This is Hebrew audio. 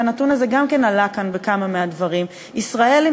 והנתון הזה גם כן עלה כאן בכמה מהדברים: ישראל היא